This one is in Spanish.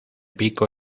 pico